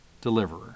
deliverer